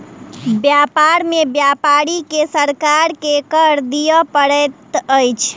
व्यापार में व्यापारी के सरकार के कर दिअ पड़ैत अछि